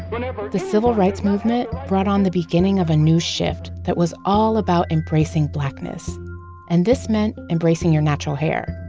the civil rights movement brought on the beginning of a new shift that was all about embracing blackness and this meant embracing your natural hair.